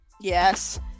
yes